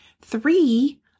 Three